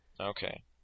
Okay